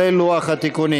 49 בעד,